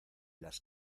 las